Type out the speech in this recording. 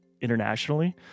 internationally